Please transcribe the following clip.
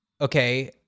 okay